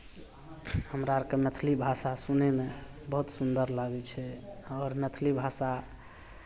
हमरा आरके मैथिली भाषा सुनयमे बहुत सुन्दर लागै छै और मैथिली भाषा